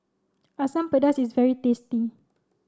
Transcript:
Asam Pedas is very tasty